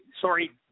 sorry